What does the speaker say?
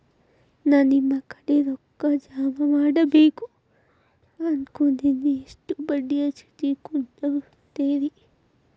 ನಾ ನಿಮ್ಮ ಕಡೆ ರೊಕ್ಕ ಜಮಾ ಮಾಡಬೇಕು ಅನ್ಕೊಂಡೆನ್ರಿ, ಎಷ್ಟು ಬಡ್ಡಿ ಹಚ್ಚಿಕೊಡುತ್ತೇರಿ?